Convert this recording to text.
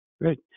Great